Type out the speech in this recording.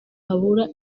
habura